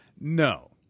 No